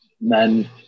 men